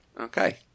Okay